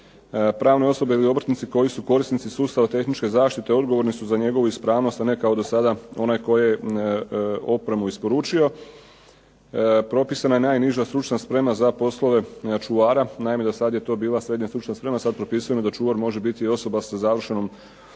Pravne osobe ili obrtnici koji su korisnici sustava tehničke zaštite odgovorni su za njegovu ispravnost a ne kao do sada onaj tko je opremu isporučio. Propisana je najniža stručna sprema za poslove čuvara. Naime, do sad je to bila srednje stručna sprema, sad propisujemo da čuvar može biti osoba sa završenom nižom